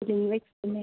leave extend